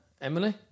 Emily